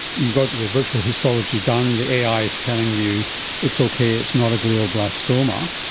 you've got the virtual histology done, the ai is telling you it's okay, it's not a glioblastoma,